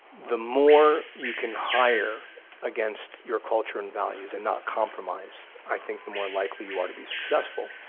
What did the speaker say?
the more you can hire against your culture and values and not compromise, i think the more likely you are to be successful.